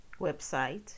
website